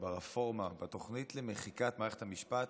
בתוכנית למחיקת מערכת המשפט,